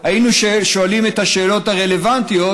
היינו שואלים את השאלות הרלוונטיות,